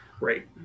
right